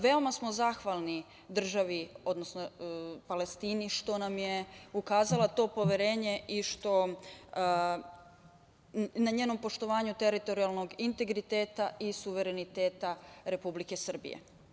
Veoma smo zahvalni Palestini što nam je ukazala to poverenje i na njenom poštovanju teritorijalnog integriteta i suvereniteta Republike Srbije.